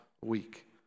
week